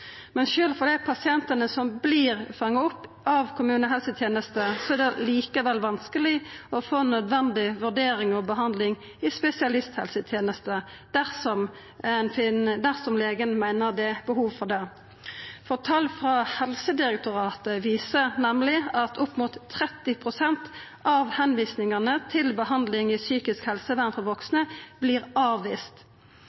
Men sjølv for dei pasientane som vert fanga opp av kommunehelsetenesta, er det vanskeleg å få nødvendig vurdering og behandling i spesialisthelsetenesta dersom legen meiner det er behov for det. Tal frå Helsedirektoratet viser nemleg at opp mot 30 pst. av tilvisingane til behandling i psykisk helsevern for